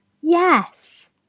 Yes